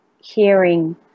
hearing